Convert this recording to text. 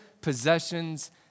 possessions